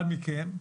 אחד מכם.